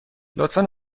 لطفا